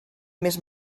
més